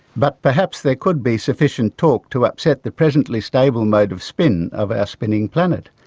but perhaps there could be sufficient torque to upset the presently stable mode of spin of our spinning planet.